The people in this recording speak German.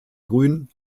grün